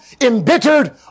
embittered